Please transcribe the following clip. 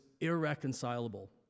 irreconcilable